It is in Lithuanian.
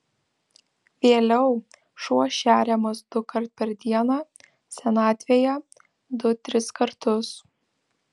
vėliau šuo šeriamas dukart per dieną senatvėje du tris kartus